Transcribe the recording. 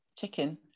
chicken